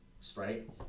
sprite